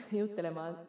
juttelemaan